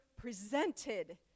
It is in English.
presented